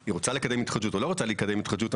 היא רוצה לקדם התחדשות או לא רוצה לקדם התחדשות,